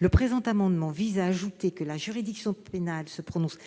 Il s'agit d'ajouter que la juridiction pénale se prononce